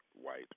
white